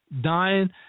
dying